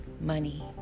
money